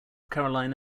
carolina